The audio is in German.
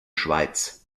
schweiz